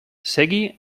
segi